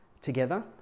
together